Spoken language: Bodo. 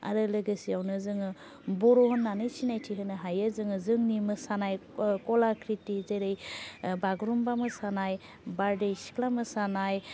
आरो लोगोसेयावनो जोङो बर' होन्नानै सिनायथि होनो हायो जोङो जोंनि मोसानाय क'ला कृति जेरै बागुरुम्बा मोसानाय बारदै सिख्ला मोसानाय